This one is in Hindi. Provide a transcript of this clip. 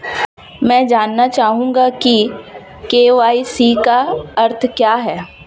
मैं जानना चाहूंगा कि के.वाई.सी का अर्थ क्या है?